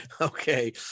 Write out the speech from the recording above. Okay